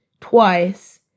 twice